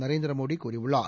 நரேந்திரமோடி கூறியுள்ளார்